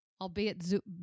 albeit